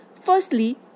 firstly